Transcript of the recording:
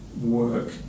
work